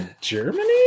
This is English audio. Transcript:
Germany